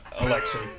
election